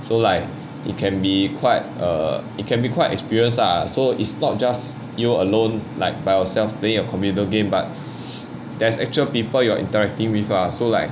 so like it can be quite err it can be quite experienced ah so it's not just you alone like by ourselves playing your computer game but there's actual people you're interacting with ah so like